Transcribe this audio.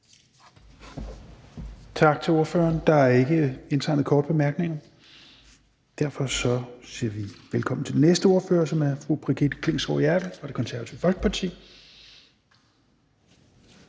Tak til ordføreren. Der er ikke nogen indtegnet til korte bemærkninger, og derfor siger vi velkommen til den næste ordfører, som er fru Brigitte Klintskov Jerkel fra Det Konservative Folkeparti.